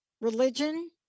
religion